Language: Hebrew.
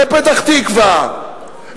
לפתח-תקווה,